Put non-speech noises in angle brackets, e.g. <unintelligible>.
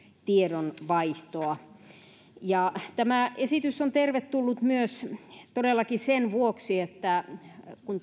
tiedonvaihtoa tämä esitys on tervetullut myös todellakin sen vuoksi että kun <unintelligible>